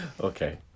okay